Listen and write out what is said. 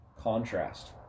contrast